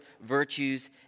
virtues